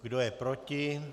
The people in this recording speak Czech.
Kdo je proti?